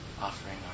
offering